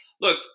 Look